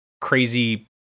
crazy